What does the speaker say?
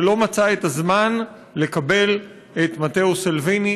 שלא מצא את הזמן לקבל את מתאו סלביני.